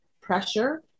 pressure